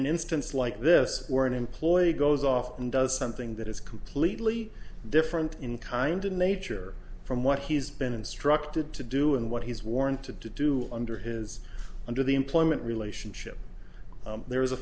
an instance like this or an employee goes off and does something that is completely different in kind in nature from what he's been instructed to do and what he's warned to do under his under the employment relationship there is a